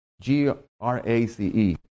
G-R-A-C-E